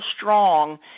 strong